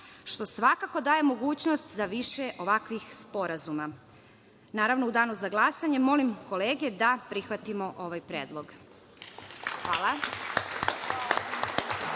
što svakako daje mogućnost za više ovakvih sporazuma. Naravno, u danu za glasanje molim kolege da prihvatimo ovaj predlog. Hvala.